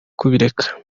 kubireka